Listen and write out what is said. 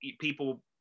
people